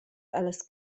allas